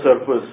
surface